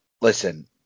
listen